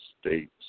states